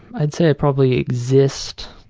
i'd say i probably exist,